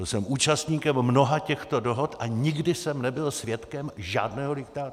Byl jsem účastníkem mnoha těchto dohod a nikdy jsem nebyl svědkem žádného diktátu.